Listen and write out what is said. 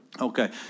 Okay